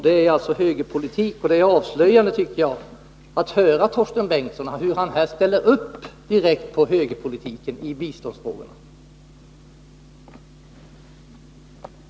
Det är alltså högerpolitik. Det är avslöjande, tycker jag, att höra hur Torsten Bengtson ställer upp på högerpolitiken i biståndsfrågorna.